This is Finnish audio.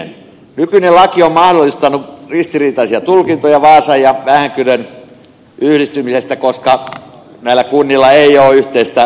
nykyinen laki on mahdollistanut ristiriitaisia tulkintoja vaasan ja vähäkyrön yhdistymisestä koska näillä kunnilla ei ole yhteistä maarajaa